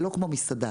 זה לא כמו מסעדה.